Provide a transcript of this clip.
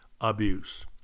abuse